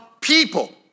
people